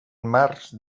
marcs